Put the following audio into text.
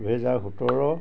দুহেজাৰ সোতৰ